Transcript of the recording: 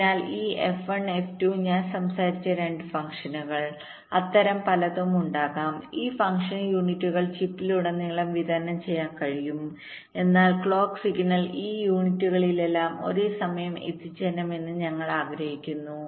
അതിനാൽ ഈ F1 F2 ഞാൻ സംസാരിച്ച രണ്ട് ഫംഗ്ഷനുകൾ അത്തരം പലതും ഉണ്ടാകാം ഈ ഫങ്ഷണൽ യൂണിറ്റുകൾ ചിപ്പിലുടനീളം വിതരണം ചെയ്യാൻ കഴിയും എന്നാൽ ക്ലോക്ക് സിഗ്നൽ ഈ യൂണിറ്റുകളിലെല്ലാം ഒരേ സമയം എത്തിച്ചേരണമെന്ന് ഞങ്ങൾ ആഗ്രഹിക്കുന്നു